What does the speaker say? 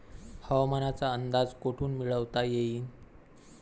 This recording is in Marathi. हवामानाचा अंदाज कोठून मिळवता येईन?